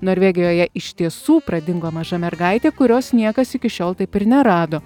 norvegijoje iš tiesų pradingo maža mergaitė kurios niekas iki šiol taip ir nerado